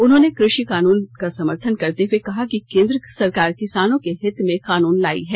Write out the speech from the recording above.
उन्होंने कृषि कानून का समर्थन करते हुए कहा कि केंद्र सरकार किसानों के हित में कानून लायी है